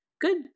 Good